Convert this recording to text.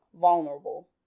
vulnerable